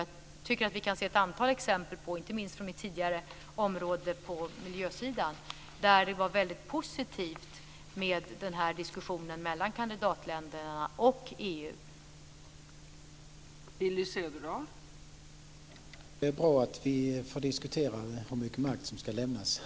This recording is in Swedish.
Jag tycker att vi kan se ett antal exempel där det har varit väldigt positivt med den här diskussionen mellan kandidatländerna och EU, inte minst på mitt tidigare område på miljösidan.